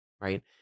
right